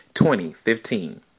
2015